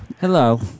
Hello